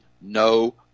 no